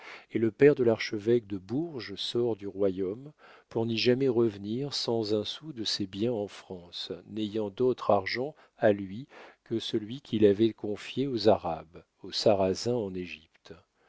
et le père de l'archevêque de bourges sort du royaume pour n'y jamais revenir sans un sou de ses biens en france n'ayant d'autre argent à lui que celui qu'il avait confié aux arabes aux sarrasins en égypte